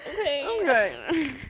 okay